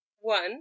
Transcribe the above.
One